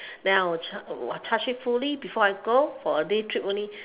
then I will charge charge it fully before I go for a day trip only